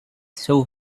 saw